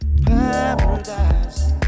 paradise